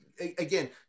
again